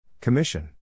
Commission